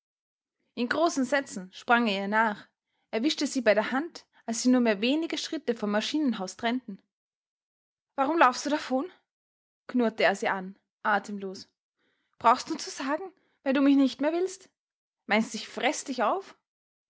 in großen sätzen sprang er ihr nach erwischte sie bei der hand als sie nur mehr wenige schritte vom maschinenhaus trennten warum laufst du davon knurrte er sie an atemlos brauchst nur zu sagen wenn du mich nicht mehr willst meinst ich freß dich auf